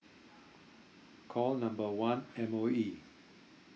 call number one M_O_E